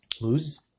lose